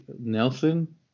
Nelson